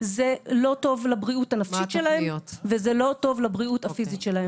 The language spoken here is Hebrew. זה לא טוב לבריאות הנפשית שלהם ולא טוב לבריאות הפיזית שלהם.